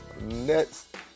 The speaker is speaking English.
next